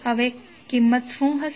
તો કિંમત શું હશે